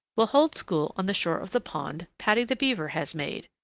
we'll hold school on the shore of the pond paddy the beaver has made.